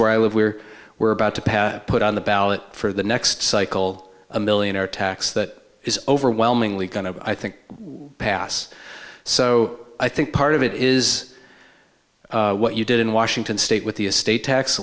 where i live where we're about to pass put on the ballot for the next cycle a millionaire tax that is overwhelmingly going to i think pass so i think part of it is what you did in washington state with the estate tax